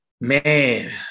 Man